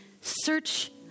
search